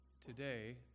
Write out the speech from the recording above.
today